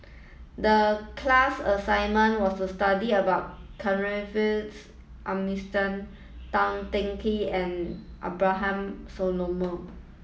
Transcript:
the class assignment was to study about Tan Teng Kee and Abraham